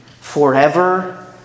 forever